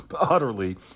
utterly